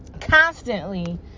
constantly